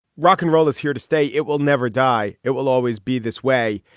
rock and roll is here to stay. it will never die. it will always be this way.